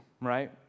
right